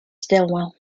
stilwell